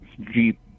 Jeep